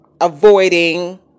avoiding